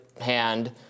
hand